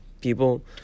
people